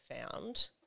found